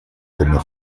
come